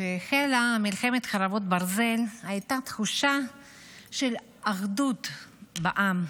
כשהחלה מלחמת חרבות ברזל הייתה תחושה של אחדות בעם.